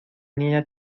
niña